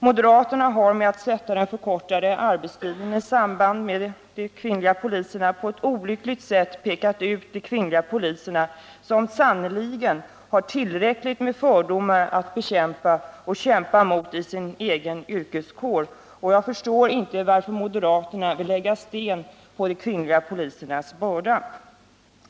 Genom att sätta den förkortade arbetstiden i samband med ökningen av antalet kvinnliga poliser har moderaterna på ett olyckligt sätt pekat ut de kvinnliga poliserna, som sannerligen har tillräckligt med fördomar att bekämpa och kämpa mot inom sin egen yrkeskår. Jag förstår inte varför moderaterna vill lägga sten på de kvinnliga polisernas börda.